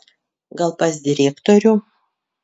gal pas direktorių